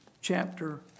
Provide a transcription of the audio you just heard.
chapter